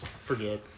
forget